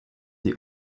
what